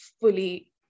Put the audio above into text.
fully